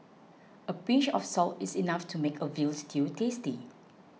a pinch of salt is enough to make a Veal Stew tasty